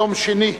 יום שני,